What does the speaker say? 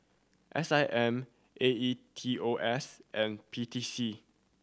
S I M A E T O S and P T C